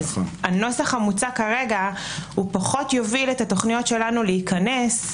אז הנוסח המוצע כרגע פחות יוביל את התוכניות שלנו להיכנס,